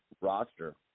roster